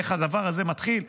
איך הדבר הזה מתחיל,